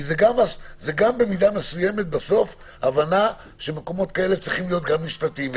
כי זה גם במידה מסוימת בסוף הבנה שמקומות כאלה צריכים להיות גם משפטיים,